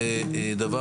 אנחנו,